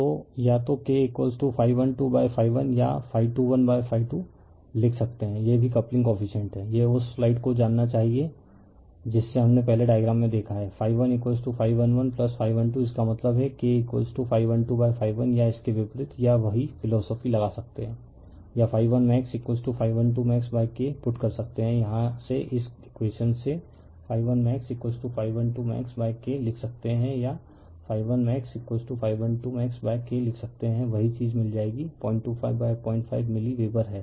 तो या तो K∅1 2∅1 या ∅2 1∅2 लिख सकते हैं यह भी कपलिंग कोफिसिएंट है यह उस स्लाइड को जानना चाहिए जिसे हमने पहले डायग्राम में देखा है∅1∅1 1∅1 2 इसका मतलब है K∅1 2∅1 या इसके विपरीत या वही फिलोसोफी लगा सकते हैं या ∅1 max∅1 2 max K पुट कर सकते हैं यहां से इस इकवेशन से ∅1 max∅1 2 max K लिख सकते हैं या ∅1 max∅1 2 max K लिख सकते हैं वही चीज़ मिल जाएगी 02505 मिली वेबर है